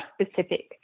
specific